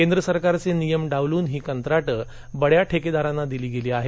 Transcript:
केंद्र सरकारचे नियम डावलून ही कंत्राटं बड्या ठेकादारांना दिली गेली आहेत